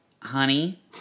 honey